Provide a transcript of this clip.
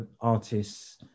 artists